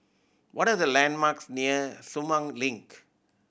what are the landmarks near Sumang Link